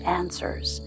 answers